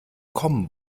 kommen